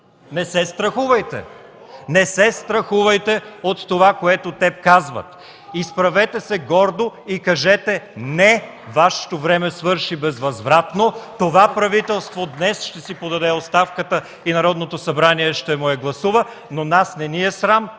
Не се страхувайте! Не се страхувайте от това, което те казват! Изправете се гордо и кажете: не, Вашето време свърши безвъзвратно (ръкопляскания от ГЕРБ), това правителство днес ще си подаде оставката и Народното събрание ще я гласува, но нас не ни е срам,